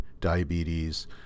diabetes